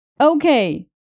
Okay